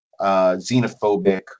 xenophobic